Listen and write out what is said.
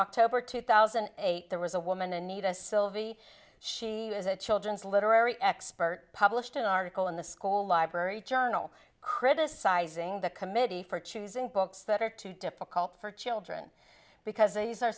october two thousand and eight there was a woman anita silvey she was a children's literary expert published an article in the school library journal criticizing the committee for choosing books that are too difficult for children because these are